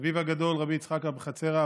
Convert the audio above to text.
אביו הגדול הוא רבי יצחק אבוחצירא,